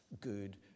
good